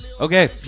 Okay